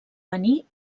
venir